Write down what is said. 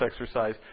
exercise